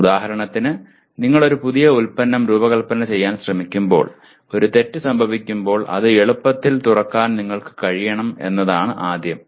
ഉദാഹരണത്തിന് നിങ്ങൾ ഒരു പുതിയ ഉപകരണം രൂപകൽപ്പന ചെയ്യാൻ ശ്രമിക്കുമ്പോൾ ഒരു തെറ്റ് സംഭവിക്കുമ്പോൾ അത് എളുപ്പത്തിൽ തുറക്കാൻ നിങ്ങൾക്ക് കഴിയണം എന്നതാണ് ആദ്യം